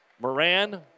Moran